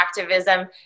activism